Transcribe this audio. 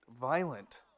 violent